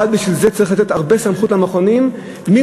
ובשביל זה צריך לתת למכונים סמכות רבה.